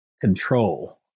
Control